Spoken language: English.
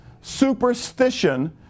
superstition